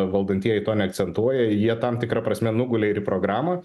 valdantieji to neakcentuoja jie tam tikra prasme nugulė ir į programą